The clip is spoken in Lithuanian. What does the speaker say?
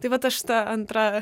tai vat aš ta antra